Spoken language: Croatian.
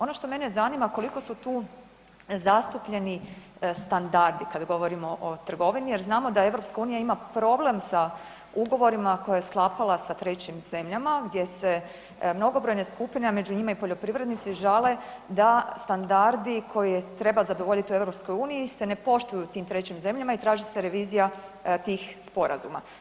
Ono što mene zanima, koliko su tu zastupljeni standardi kad govorimo o trgovini jer znamo da EU ima problem sa ugovorima koje je sklapala sa 3. zemljama, gdje se mnogobrojne skupine, a među njima i poljoprivrednici žale da standardi koje treba zadovoljiti u EU se ne poštuju u tim 3. zemljama i traži se revizija tih sporazuma.